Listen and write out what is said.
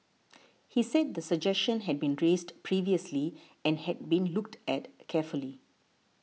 he said the suggestion had been raised previously and had been looked at carefully